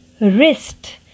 Wrist